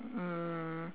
mm